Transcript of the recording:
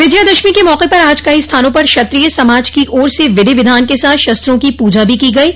विजयादशमी के मौके पर आज कई स्थानों पर क्षत्रिय समाज की ओर से विधि विधान के साथ शस्त्रों की पूजा भी की गयी